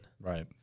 Right